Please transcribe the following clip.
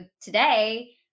today